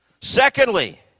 Secondly